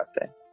birthday